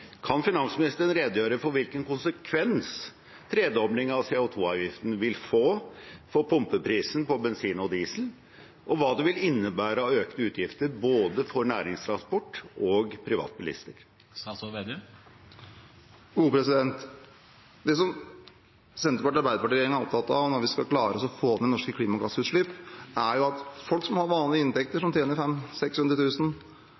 Kan finansministeren redegjøre for hvilken konsekvens en tredobling av CO 2 -avgiften vil få for pumpeprisen på bensin og diesel, og hva det vil innebære av økte utgifter for både næringstransport og privatbilister? Det Senterpartiet og Arbeiderpartiet er opptatt av når vi skal klare å få ned norske klimagassutslipp, er at folk som har